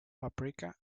paprika